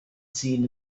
seen